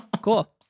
Cool